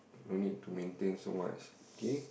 no need to maintain so much okay